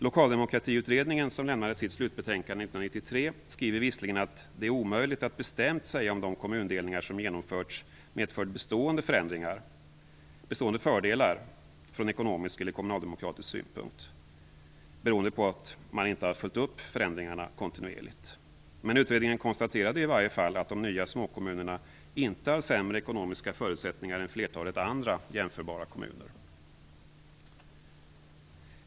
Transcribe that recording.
Lokaldemokratiutredningen, som lämnade sitt slutbetänkade 1993, skriver visserligen att det är omöjligt att bestämt säga om de kommundelningar som genomförts medfört bestående fördelar från ekonomisk eller kommunaldemokratisk synpunkt, beroende på att man inte har följt upp förändringarna kontinuerligt. Men utredningen konstaterade i varje fall att de nya småkommunerna inte har sämre ekonomiska förutsättningar än flertalet andra jämförbara kommuner.